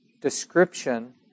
description